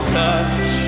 touch